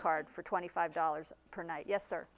card for twenty five dollars per night yes